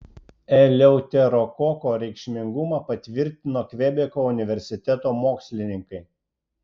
eleuterokoko reikšmingumą patvirtino kvebeko universiteto mokslininkai